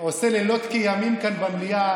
עושה לילות כימים כאן במליאה,